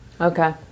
Okay